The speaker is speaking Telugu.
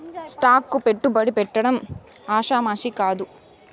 స్టాక్ కు పెట్టుబడి పెట్టడం ఆషామాషీ కాదు